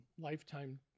lifetime